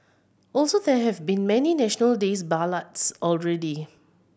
also there have been many National Days ballads already